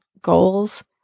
goals